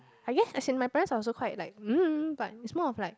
I guess as in my parents are also quite like mm but it's more of like